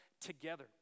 together